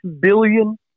billion